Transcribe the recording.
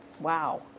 Wow